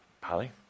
Polly